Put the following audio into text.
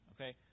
Okay